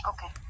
Okay